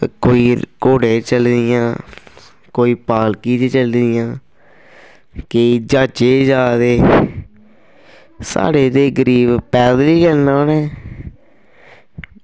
ते कोई घोड़े पर चली दियां कोई पालकी च चली दियां केईं ज्हाजे च जा दे साढ़े जेह् गरीब पैदल गै चलना उ'नें